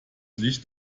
licht